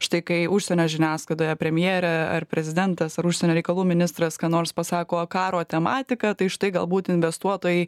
štai kai užsienio žiniasklaidoje premjerė ar prezidentas ar užsienio reikalų ministras ką nors pasako karo tematika tai štai galbūt investuotojai